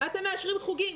אתם מאשרים חוגים,